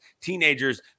teenagers